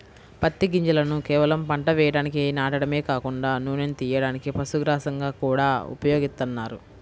పత్తి గింజలను కేవలం పంట వేయడానికి నాటడమే కాకుండా నూనెను తియ్యడానికి, పశుగ్రాసంగా గూడా ఉపయోగిత్తన్నారు